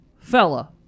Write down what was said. fella